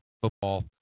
football